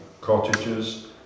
cottages